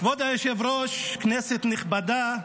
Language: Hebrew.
כבוד היושב-ראש, כנסת נכבדה,